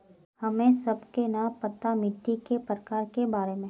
हमें सबके न पता मिट्टी के प्रकार के बारे में?